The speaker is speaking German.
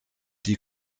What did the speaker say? die